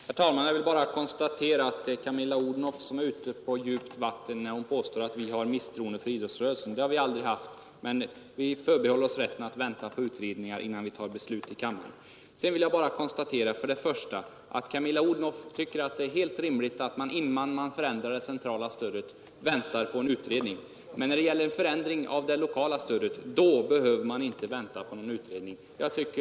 Herr talman! Jag vill bara konstatera att det är Camilla Odhnoff som är ute på djupt vatten när hon påstår att vi hyser misstro mot idrottsrörelsen. Det har vi aldrig gjort, men vi förbehåller oss rätten att vänta på utredningar innan vi fattar beslut i kammaren. Sedan vill jag bara notera, att Camilla Odhnoff tycker att det är helt rimligt att man innan man förändrar det centrala stödet väntar på en utredning. Men när det gäller en förändring av det lokala stödet behöver man inte vänta på en utredning.